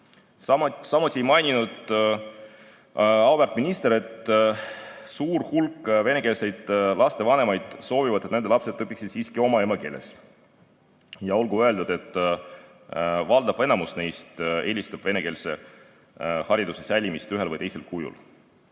Samuti ei maininud auväärt minister, et suur hulk venekeelseid lastevanemaid soovivad, et nende lapsed õpiksid siiski oma emakeeles. Ja olgu öeldud, et valdav enamus neist eelistab venekeelse hariduse säilimist ühel või teisel kujul.